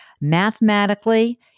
Mathematically